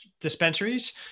dispensaries